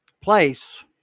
place